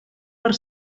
per